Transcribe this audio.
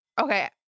Okay